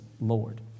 Lord